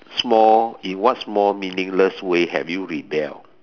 small in what small meaningless way have you rebelled